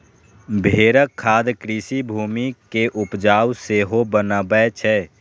भेड़क खाद कृषि भूमि कें उपजाउ सेहो बनबै छै